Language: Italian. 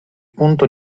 punto